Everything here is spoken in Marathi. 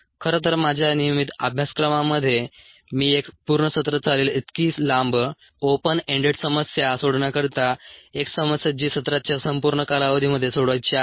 खरं तर माझ्या नियमित अभ्यासक्रमांमध्ये मी एक पूर्ण सत्र चालेल इतकी लांब ओपन एंडेड समस्या सोडवण्याकरिता एक समस्या जी सत्राच्या संपूर्ण कालावधीमध्ये सोडवायची आहे